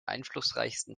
einflussreichsten